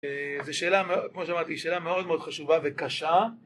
זה שאלה, כמו שאמרתי, שאלה מאוד מאוד חשובה וקשה